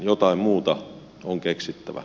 jotain muuta on keksittävä